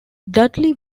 dudley